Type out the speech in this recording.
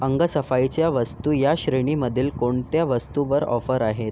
अंगसफाईच्या वस्तू या श्रेणीमधील कोणत्या वस्तूंवर ऑफर आहेत